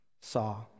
saw